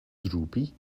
droopy